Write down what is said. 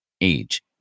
age